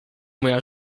moja